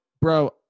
Bro